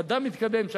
עם מדע מתקדם,